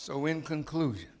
so in conclusion